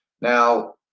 now